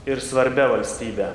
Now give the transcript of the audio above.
ir svarbia valstybe